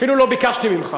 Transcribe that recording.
אפילו לא ביקשתי ממך.